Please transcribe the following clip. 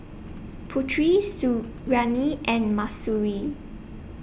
Putri Suriani and Mahsuri